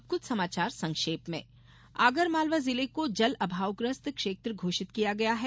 अब कुछ समाचार संक्षेप में आगर मालवा जिले को जल अभावग्रस्त क्षेत्र घोषित किया गया है